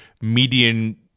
median